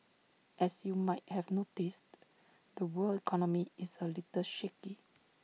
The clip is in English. as you might have noticed the world economy is A little shaky